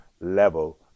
level